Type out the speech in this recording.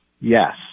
yes